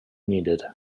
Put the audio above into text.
needed